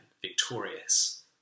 victorious